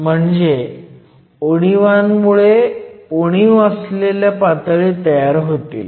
म्हणजे उणिवांमुळे उणीव असलेल्या पातळी तयार होतील